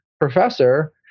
professor